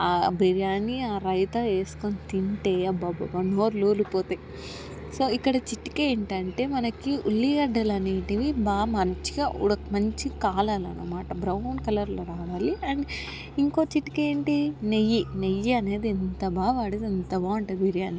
ఆ బిర్యానీ ఆ రైతా వేస్కొని తింటే అబ్బా అబ్బా అబ్బా నోర్లూరిపోతాయి సో ఇక్కడ చిటికేంటంటే మనకి ఉల్లిగడ్డలు అనేటివి బాగా మంచిగా ఉడక మంచిగా కాలాలన్నమాట బ్రౌన్ కలర్లో రావాలి అండ్ ఇంకో చిటికేంటి నెయ్యి నెయ్యి అనేది ఎంత బాగా పడితే అంత బాగుంటుంది బిర్యానీ